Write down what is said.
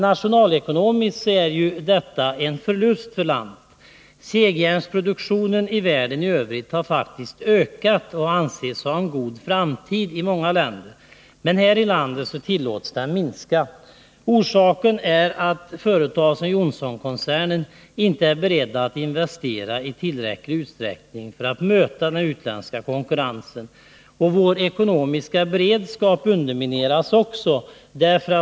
Nationalekonomiskt vore en nedläggning en förlust: Segjärnsproduktionen har faktiskt ökat i den övriga världen och anses i många länder ha en god framtid. Men här i landet tillåts den minska. Orsaken är att företag som Johnsonkoncernen inte är beredda att investera i tillräcklig utsträckning för att möta den utländska konkurrensen. Vår ekonomiska beredskap undermineras.